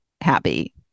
happy